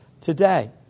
today